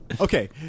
Okay